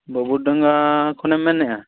ᱵᱟ ᱵᱩᱨᱰᱟᱸᱜᱟ ᱠᱷᱚᱱᱮᱢ ᱢᱮᱱᱮᱜ ᱟ